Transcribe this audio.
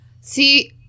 see